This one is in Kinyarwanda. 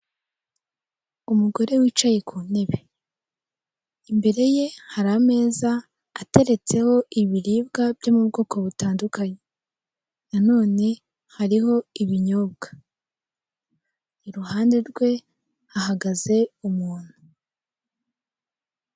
Umugore wicaye ku ntebe imbere ye hari ameza ateretseho ibiribwa byo mu bwoko butandukanye nanone hariho ibinyobwa iruhande rwe hagaze umuntu.